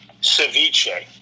Ceviche